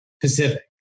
Pacific